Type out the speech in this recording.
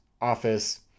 office